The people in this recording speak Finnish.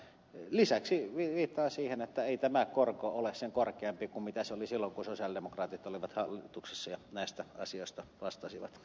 lisäksi viittaan siihen että ei tämä korko ole sen korkeampi kuin se oli silloin kun sosialidemokraatit olivat hallituksessa ja näistä asioista vastasivat